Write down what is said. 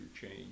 change